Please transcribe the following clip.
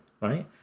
right